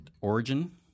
origin